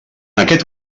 aquest